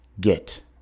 get